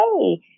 hey